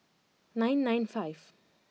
nine nine five